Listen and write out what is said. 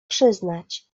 przyznać